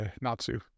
Natsu